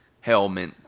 Helmet